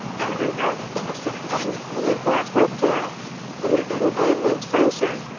i remembered in the same gang as me at wandsworth gaol there had been a man named selser.